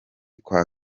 kwa